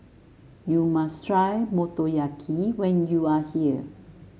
you must try Motoyaki when you are here